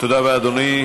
תודה רבה, אדוני.